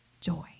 joy